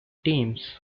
teams